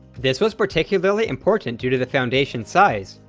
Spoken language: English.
this was particularly important due to the foundation's size,